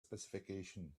specification